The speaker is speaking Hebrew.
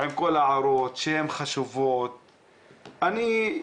עם כל ההערות, שהן חשובות, אני,